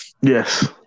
Yes